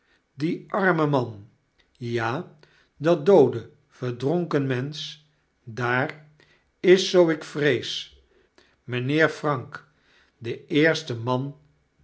die arme man jaldatdoode verdronken mensch daar is zoo ik vrees mpheer frank de eerste manvanmevrouw